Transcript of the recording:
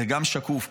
זה גם שקוף,